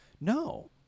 no